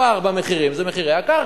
הפער במחירים זה מחירי הקרקע.